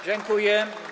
Dziękuję.